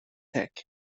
tech